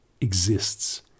exists